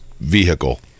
Vehicle